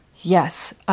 Yes